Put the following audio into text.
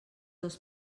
dels